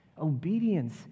Obedience